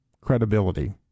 credibility